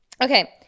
Okay